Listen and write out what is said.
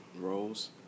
roles